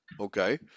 Okay